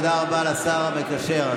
תודה רבה לשר המקשר,